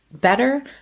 better